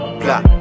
plot